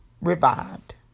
revived